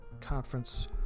conference